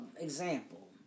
example